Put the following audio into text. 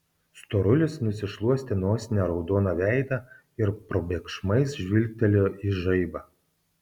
storulis nusišluostė nosine raudoną veidą ir probėgšmais žvilgtelėjo į žaibą